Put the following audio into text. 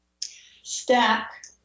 stack